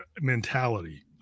mentality